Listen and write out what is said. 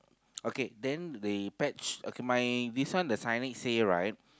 okay then they pet okay my this one the signage say right